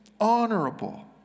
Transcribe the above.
honorable